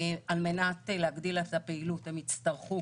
על מנת להגדיל את הפעילות, הם יצטרכו